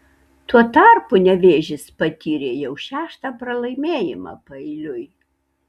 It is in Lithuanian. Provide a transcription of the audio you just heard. tuo tarpu nevėžis patyrė jau šeštą pralaimėjimą paeiliui